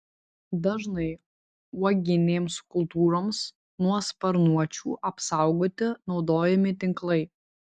dažnai uoginėms kultūroms nuo sparnuočių apsaugoti naudojami tinklai